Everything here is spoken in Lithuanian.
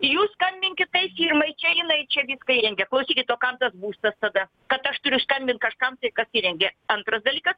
jūs skambinkit tai firmai čia jinai čia viską įrengė klausykit o kam tas būstas tada kad aš turiu skambint kažkam tai kas įrengė antras dalykas